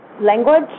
language